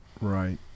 Right